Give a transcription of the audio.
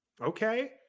Okay